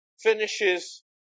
finishes